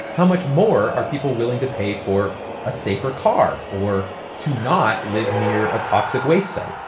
how much more are people willing to pay for a safer car, or to not live near a toxic waste site?